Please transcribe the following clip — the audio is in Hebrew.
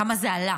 כמה זה עלה.